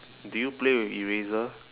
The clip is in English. do you play with eraser